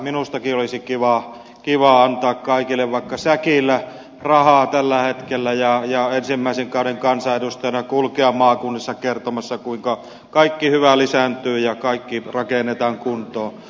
minustakin olisi kivaa antaa kaikille vaikka säkillä rahaa tällä hetkellä ja ensimmäisen kauden kansanedustajana kulkea maakunnissa kertomassa kuinka kaikki hyvä lisääntyy ja kaikki rakennetaan kuntoon